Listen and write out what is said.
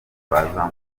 bazamfasha